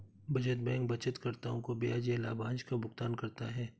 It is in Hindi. बचत बैंक बचतकर्ताओं को ब्याज या लाभांश का भुगतान करता है